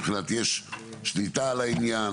מבחינת האם יש שליטה על העניין?